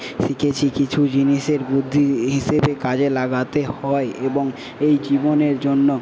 শিখেছি কিছু জিনিসের বুদ্ধি হিসেবে কাজে লাগাতে হয় এবং এই জীবনের জন্য